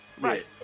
Right